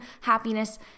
happiness